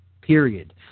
period